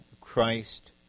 Christ